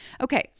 Okay